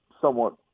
somewhat